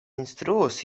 instruos